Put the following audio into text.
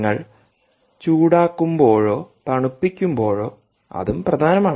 നിങ്ങൾ ചൂടാക്കുമ്പോഴോ തണുപ്പിക്കുമ്പോഴോ അതും പ്രധാനമാണ്